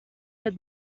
that